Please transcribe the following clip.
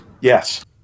Yes